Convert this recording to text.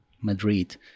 Madrid